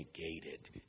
negated